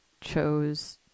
chose